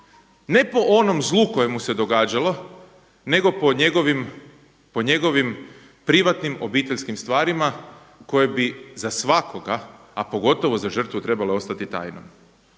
ne po onom zlu koje mu se događalo, nego po njegovim privatnim obiteljskim stvarima koje bi za svakoga, a pogotovo za žrtvu trebalo ostati tajno.